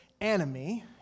enemy